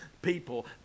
people